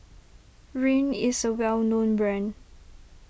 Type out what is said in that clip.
Rene is a well known brand